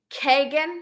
Kagan